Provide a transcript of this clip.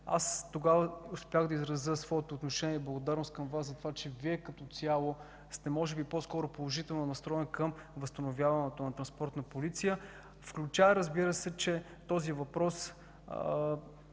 Тогава аз успях да изразя своето отношение и благодарност към Вас за това, че Вие като цяло сте може би положително настроен към възстановяването на Транспортна полиция, включая, че този въпрос